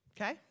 Okay